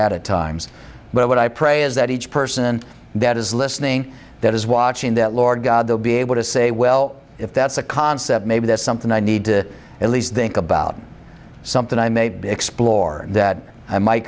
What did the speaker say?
at a times but what i pray is that each person that is listening that is watching that lord god will be able to say well if that's a concept maybe that's something i need to at least think about something i may explore that i might